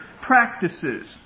practices